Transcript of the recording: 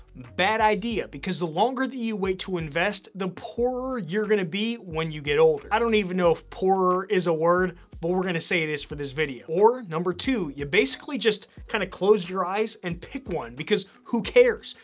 bad idea, because the longer that you wait to invest, the poorer you're gonna be when you get old. i don't even know if poorer is a word, but we're gonna say it is for this video. or number two, you basically just kind of close your eyes and pick one. because, who cares?